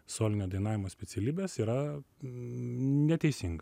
solinio dainavimo specialybės yra neteisinga